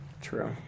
true